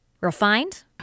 refined